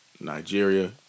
Nigeria